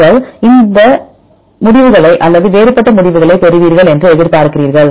நீங்கள் இந்த முடிவுகளை அல்லது வேறுபட்ட முடிவுகளைப் பெறுவீர்கள் என்று எதிர்பார்க்கிறீர்கள்